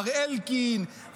מר אלקין,